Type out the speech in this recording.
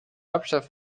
hauptstadt